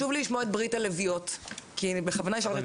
אני מייצגת את